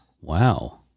Wow